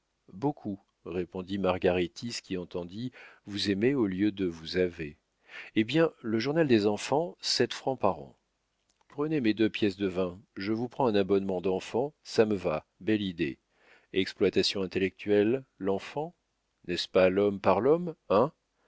beaucoup répondit margaritis qui entendit vous aimez au lieu de vous avez hé bien le journal des enfants sept francs par an prenez mes deux pièces de vin je vous prends un abonnement d'enfants ça me va belle idée exploitation intellectuelle l'enfant n'est-ce pas l'homme par l'homme hein